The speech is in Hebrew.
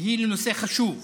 היא לנושא חשוב.